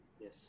Yes